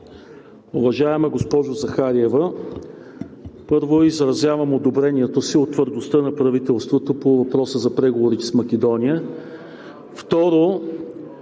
Уважаема госпожо Захариева, първо, изразявам одобрението си от твърдостта на правителството по въпроса за преговорите с Македония.